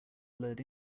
blurred